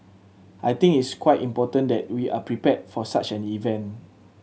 I think it's quite important that we are prepared for such an event